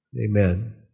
Amen